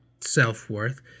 self-worth